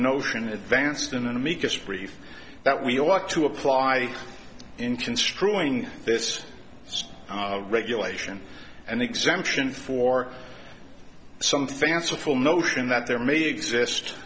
notion advanced in an amicus brief that we ought to apply in construing this regulation and exemption for some fanciful notion that there may be exist